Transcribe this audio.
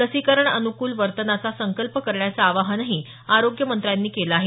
लसीकरण अनुकूल वर्तनाचा संकल्प करण्याचं आवाहनही आरोग्य मंत्र्यांनी केलं आहे